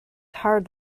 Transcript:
hard